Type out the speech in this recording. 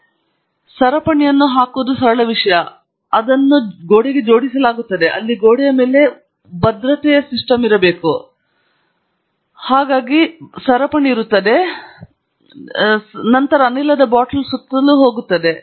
ಹಾಗಾಗಿ ಈ ರೀತಿಯ ಸರಪಣಿಯನ್ನು ಹಾಕುವುದು ಸರಳವಾದ ವಿಷಯ ಆದ್ದರಿಂದ ಅದನ್ನು ಗೋಡೆಗೆ ಜೋಡಿಸಲಾಗುತ್ತದೆ ಅಲ್ಲಿ ಗೋಡೆಯ ಮೇಲೆ ಉತ್ತಮ ಭದ್ರತೆ ಸಿಸ್ಟಮ್ ಇರಬೇಕು ಇದರಿಂದಾಗಿ ಬರುವ ಸರಪಣಿ ಇರುತ್ತದೆ ಮತ್ತು ನಂತರ ಅನಿಲ ಬಾಟಲ್ ಸುತ್ತಲೂ ಹೋಗುತ್ತದೆ